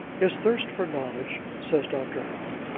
his thirst for knowledge says dr. howe,